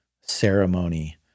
ceremony